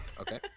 okay